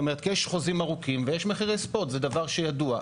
יש חוזים ארוכים ויש מחירי ספוט, זה דבר שידוע.